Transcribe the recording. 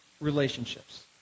relationships